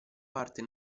parte